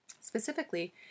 Specifically